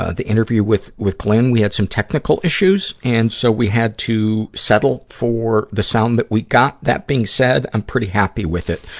ah the interview with, with glynn. we had some technical issue. and so, we had to settle for the sound that we got. that being said, i'm pretty happy with it.